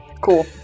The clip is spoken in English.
Cool